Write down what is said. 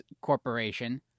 Corporation